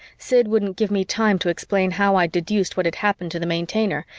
sid wouldn't give me time to explain how i'd deduced what had happened to the maintainer,